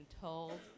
told